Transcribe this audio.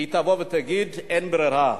היא תבוא ותגיד: אין ברירה.